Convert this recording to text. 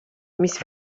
mis